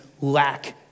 lack